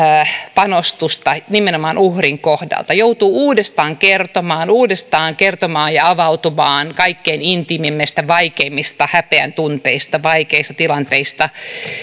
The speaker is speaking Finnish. panostusta nimenomaan uhrin kohdalta joutuu uudestaan kertomaan uudestaan kertomaan ja avautumaan kaikkein intiimeimmistä vaikeimmista häpeän tunteistaan vaikeista tilanteista